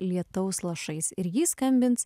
lietaus lašais ir jį skambins